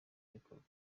bikorwa